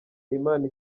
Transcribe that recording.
imana